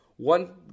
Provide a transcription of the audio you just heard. One